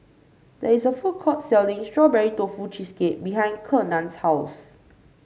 there is a food court selling Strawberry Tofu Cheesecake behind Kenan's house